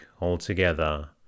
altogether